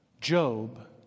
Job